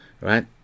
right